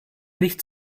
nicht